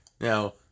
Now